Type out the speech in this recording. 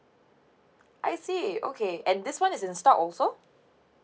I see okay and this one is in stock also